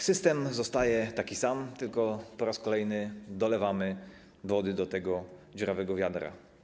System zostaje taki sam, tylko po raz kolejny dolewamy wody do tego dziurawego wiadra.